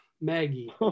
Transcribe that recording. Maggie